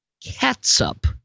ketchup